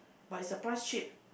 but is the price cheap